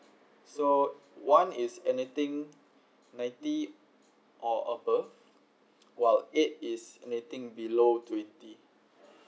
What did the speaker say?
so one is anything ninety or above while eight is anything below twenty